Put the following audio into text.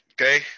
Okay